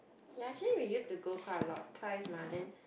ya actually we used to go quite a lot twice mah then